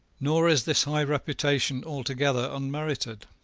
nor is this high reputation altogether unmerited.